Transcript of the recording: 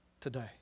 today